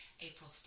April